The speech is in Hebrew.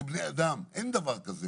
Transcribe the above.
כבני אדם, אין דבר כזה